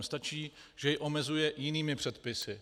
Stačí, že jej omezuje jinými předpisy.